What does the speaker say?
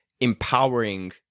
empowering